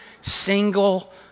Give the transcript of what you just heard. single